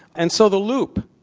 and so the loop,